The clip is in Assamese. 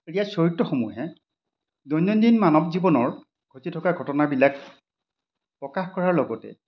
ইয়াৰ চৰিত্ৰসমূহে দৈনন্দিন মানৱ জীৱনৰ ঘটি থকা ঘটনাবিলাক প্ৰকাশ কৰাৰ লগতে